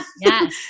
Yes